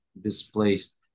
displaced